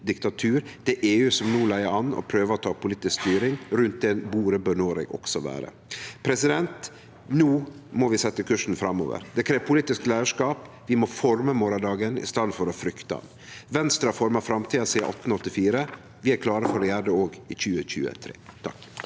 det er EU som no leiar an og prøver å ta politisk styring. Rundt det bordet bør Noreg også vere. No må vi setje kursen framover. Det krev politisk leiarskap. Vi må forme morgondagen i staden for å frykte han. Venstre har forma framtida sidan 1884. Vi er klare for å gjere det òg i 2023.